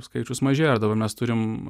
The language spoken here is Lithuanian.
skaičius mažėjo dabar mes turim